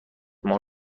مان